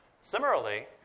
Similarly